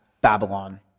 Babylon